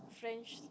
friendshi~